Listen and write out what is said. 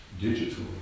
digital